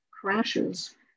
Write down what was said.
crashes